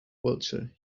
wiltshire